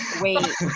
Wait